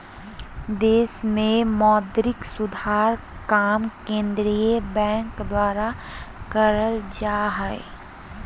देश मे मौद्रिक सुधार काम केंद्रीय बैंक द्वारा करल जा हय